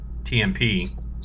TMP